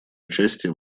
участие